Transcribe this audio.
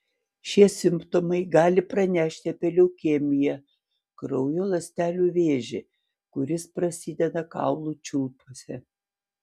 šie simptomai gali pranešti apie leukemiją kraujo ląstelių vėžį kuris prasideda kaulų čiulpuose